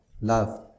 love